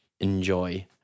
enjoy